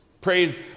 Praise